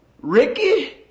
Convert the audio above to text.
Ricky